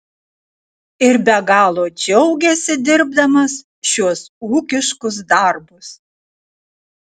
ir be galo džiaugiasi dirbdamas šiuos ūkiškus darbus